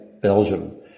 Belgium